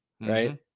right